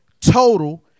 Total